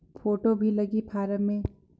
Photo भी लगी form मे?